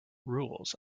rules